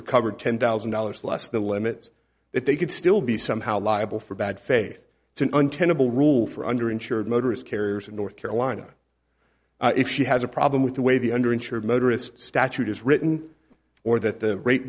recovered ten thousand dollars plus the limits that they could still be somehow liable for bad faith it's an untenable rule for under insured motorists carriers in north carolina if she has a problem with the way the under insured motorist statute is written or that the ra